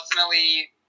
ultimately